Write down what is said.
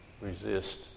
resist